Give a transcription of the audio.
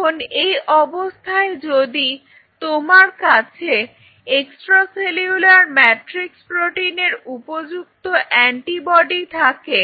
এখন এই অবস্থায় যদি তোমার কাছে এক্সট্রা সেলুলার মাট্রিক্স প্রোটিনের উপযুক্ত অ্যান্টিবডি থাকে